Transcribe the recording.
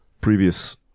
previous